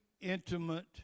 intimate